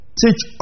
teach